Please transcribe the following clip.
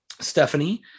Stephanie